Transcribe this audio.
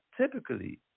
Typically